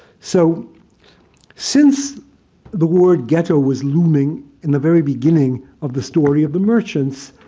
so since the word ghetto was looming in the very beginning of the story of the merchants,